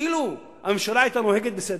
אילו הממשלה היתה נוהגת בסדר,